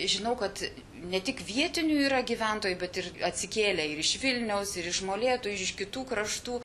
žinau kad ne tik vietinių yra gyventojai bet ir atsikėlę ir iš vilniaus ir iš molėtų iš kitų kraštų